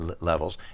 levels